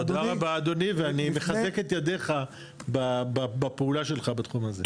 תודה רבה אדוני ואני מחזק את ידיך בפעולה שלך בתחום הזה.